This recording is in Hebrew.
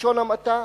בלשון המעטה,